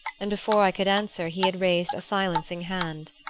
and before i could answer he had raised a silencing hand.